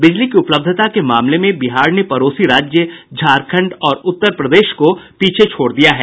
बिजली की उपलब्धता के मामले में बिहार ने पड़ोसी राज्य झारखंड और उत्तर प्रदेश को पीछे छोड़ दिया है